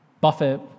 Buffett